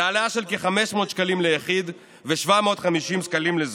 זו העלאה של כ-500 שקלים ליחיד ו-750 שקלים לזוג.